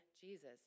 Jesus